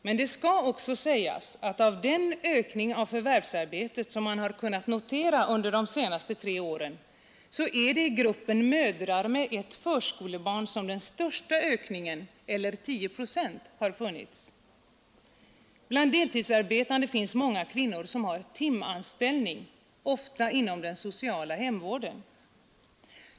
Men det skall också sägas att av den ökning av förvärvsarbetet som man har kunnat notera under de senaste tre åren har den största ökningen — tio procent — funnits i gruppen mödrar med ett förskolebarn. Bland deltidsarbetande finns många kvinnor som har timanställning, ofta inom den sociala hemvården.